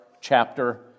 chapter